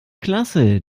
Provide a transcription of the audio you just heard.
klasse